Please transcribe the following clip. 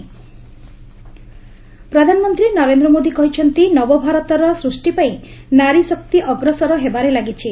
PM women's day ପ୍ରଧାନମନ୍ତ୍ରୀ ନରେନ୍ଦ ମୋଦି କହିଛନ୍ତି ନବଭାରତର ସୃଷ୍ଟିପାଇଁ ନାରୀଶକ୍ତି ଅଗ୍ରସର ହେବାରେ ଲାଗିଛି